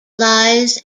lies